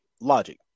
logic